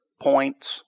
points